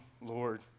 Lord